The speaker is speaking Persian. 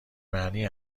معنی